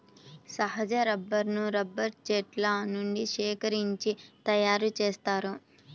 సహజ రబ్బరును రబ్బరు చెట్ల నుండి సేకరించి తయారుచేస్తారు